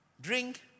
drink